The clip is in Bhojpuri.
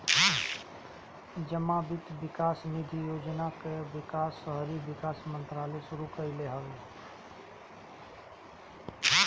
जमा वित्त विकास निधि योजना कअ विकास शहरी विकास मंत्रालय शुरू कईले हवे